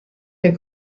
herr